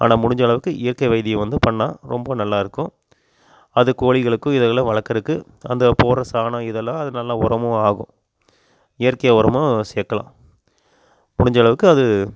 ஆனால் முடிஞ்சளவுக்கு இயற்கை வைதியம் வந்து பண்ணால் ரொம்ப நல்லா இருக்கும் அது கோழிகளுக்கும் இதுகளை வளர்க்குறக்கு அந்த போடுற சாணம் இதெல்லாம் அது நல்ல உரமும் ஆகும் இயற்கை உரமாக சேர்க்கலாம் முடிஞ்சளவுக்கு அது